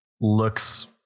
looks